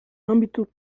âmbito